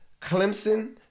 Clemson